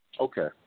Okay